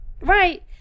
Right